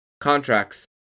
contracts